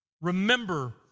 Remember